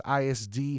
ISD